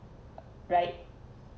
right